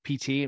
PT